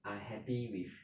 are happy with